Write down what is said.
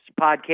podcast